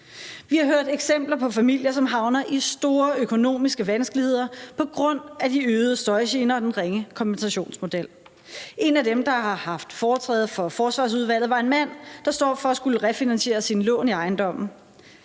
Vi har hørt eksempler på familier, som havner i store økonomiske vanskeligheder på grund af de øgede støjgener og den ringe kompensationsmodel. En af dem, der har haft foretræde for Forsvarsudvalget, var en mand, der står for at skulle refinansieret sine lån i ejendommen.